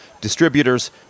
distributors